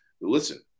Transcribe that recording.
Listen